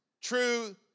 true